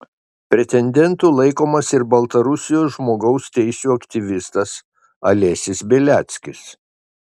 pretendentu laikomas ir baltarusijos žmogaus teisių aktyvistas alesis beliackis